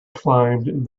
climbed